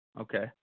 Okay